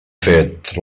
fet